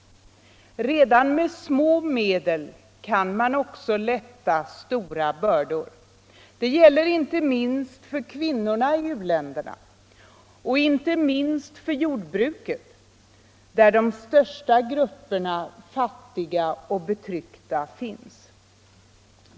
Redan med små medel kan man lätta stora bördor. Det gäller inte minst för kvinnorna i u-länderna och inte minst för jordbruket där de största grupperna fattiga och betryckta finns.